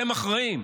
אתם אחראים,